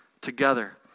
together